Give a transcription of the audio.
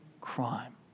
crime